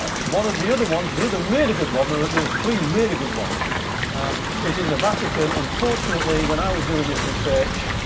ah one of the other ones, the really good one there were three really good ones is in the vatican. unfortunately, when i was doing this research,